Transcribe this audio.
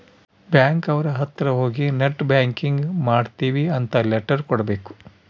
bank ಅವ್ರ ಅತ್ರ ಹೋಗಿ ನೆಟ್ ಬ್ಯಾಂಕಿಂಗ್ ಮಾಡ್ತೀವಿ ಅಂತ ಲೆಟರ್ ಕೊಡ್ಬೇಕು